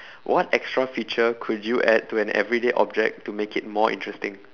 what extra feature could you add to an everyday object to make it more interesting